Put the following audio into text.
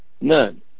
none